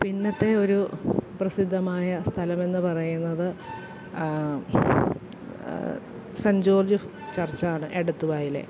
പിന്നത്തെ ഒരു പ്രസിദ്ധമായ സ്ഥലമെന്ന് പറയുന്നത് സെൻ്റ് ജോർജ് ചർച്ചാണ് എടത്തുവായിലെ